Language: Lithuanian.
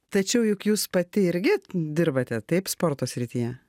tačiau juk jūs pati irgi dirbate taip sporto srityje